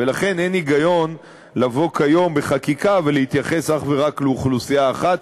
ולכן אין היגיון לבוא כיום בחקיקה ולהתייחס אך ורק לאוכלוסייה אחת,